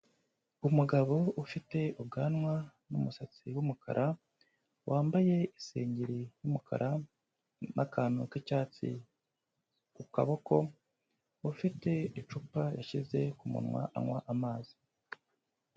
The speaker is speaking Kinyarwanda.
Umugabo ufite ubwanwa, n'umusatsi w'umukara, wambaye isengeri y'umukara, n'akantu k'icyatsi ku kaboko, ufite icupa yashyize ku munwa, anywa amazi.